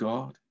God